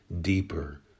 deeper